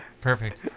perfect